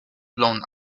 blown